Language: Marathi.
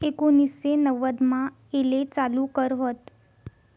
एकोनिससे नव्वदमा येले चालू कर व्हत